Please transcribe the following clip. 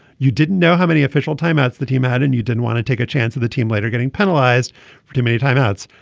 you didn't know how many official timeouts the team had and you didn't want to take a chance with the team later getting penalized for too many time outs.